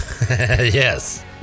yes